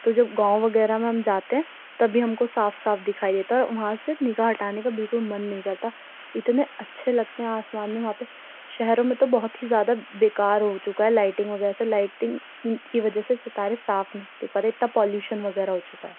تو جب گاؤں وغیرہ میں ہم جاتے ہیں تب بھی ہم کو صاف صاف دکھائی دیتا ہے اور وہاں سے نگاہ ہٹانے کا بالکل من نہیں کرتا اتنے اچھے لگتے ہیں آسمان میں وہاں پہ شہروں میں تو بہت ہی زیادہ بیکار ہو چکا ہے لائٹنگ وغیرہ سے لائٹنگ کی وجہ سے ستارے صاف نہیں دیکھ پاتے اتنا پولیوشن وغیرہ ہو چُکا ہے